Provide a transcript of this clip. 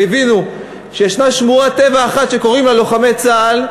הבינו שישנה שמורת טבע אחת שקוראים לה לוחמי צה"ל,